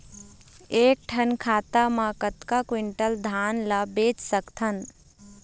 एक ठन खाता मा कतक क्विंटल धान ला बेच सकथन?